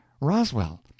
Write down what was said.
roswell